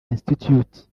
institute